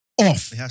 Off